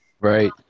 Right